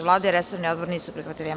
Vlada i resorni odbor nisu prihvatili amandman.